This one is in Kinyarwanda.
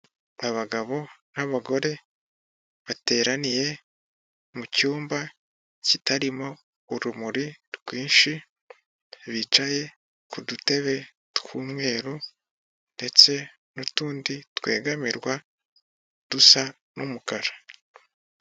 Abagabo n'abagore bateraniye mucyumba kitarimo urumuri rwinshi bicaye kudutebe tw'umweru ndetse nutundi twegamirwa dusa n'umukara.